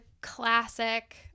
classic